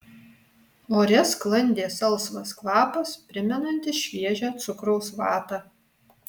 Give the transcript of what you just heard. ore sklandė salsvas kvapas primenantis šviežią cukraus vatą